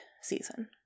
season